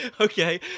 Okay